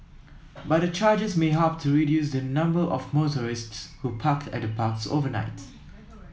but the charges may help to reduce the number of motorists who park at the parks overnight